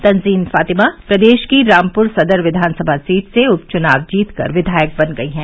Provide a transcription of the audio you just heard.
तंजीन फातिमा प्रदेश की रामपुर सदर विधानसभा सीट से उपचुनाव जीतकर विधायक बन गई है